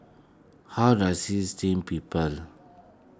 how is Steamed Garoupa